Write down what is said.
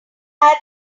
had